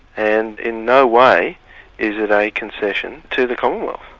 and in no way is it a concession to the commonwealth.